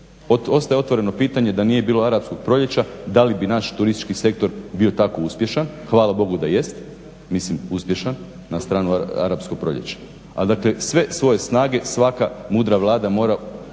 Ostaje otvoreno pitanje, da nije bilo Arapskog proljeća da li bi naš turistički sektor bio tako uspješan? Hvala Bogu da jest, mislim uspješan na stranu Arapsko proljeće. Ali sve svoje snage svaka mudra vlada mora usmjeriti